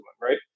Right